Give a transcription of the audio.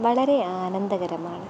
വളരെ ആനന്ദകരമാണ്